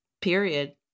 Period